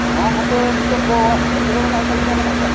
ᱦᱮᱸ ᱦᱟᱯᱮ ᱱᱤᱛᱳᱜ ᱫᱚ ᱨᱮᱜᱮ ᱢᱮᱱᱟᱜ ᱟᱠᱟᱫ ᱞᱤᱧᱟᱹ ᱢᱮᱱᱟᱜ ᱫᱚ